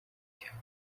cyabo